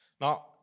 Now